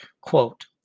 Quote